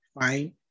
fine